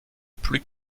plus